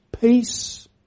Peace